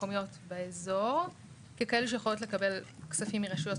המקומיות באזור ככאלה שיכולות לקבל כספים מרשויות